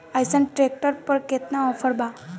अइसन ट्रैक्टर पर केतना ऑफर बा?